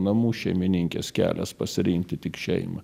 namų šeimininkės kelias pasirinkti tik šeimą